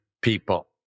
people